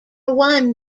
one